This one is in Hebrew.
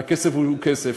שהכסף הוא כסף,